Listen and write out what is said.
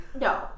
no